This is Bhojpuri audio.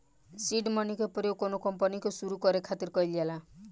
सीड मनी के प्रयोग कौनो कंपनी के सुरु करे खातिर कईल जाला